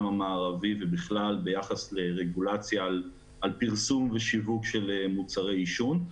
המערבי ובכלל ביחס לרגולציה על פרסום ושיווק של מוצרי עישון,